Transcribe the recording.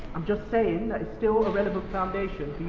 i'm just saying that it's still a relevant foundation